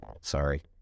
sorry